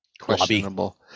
questionable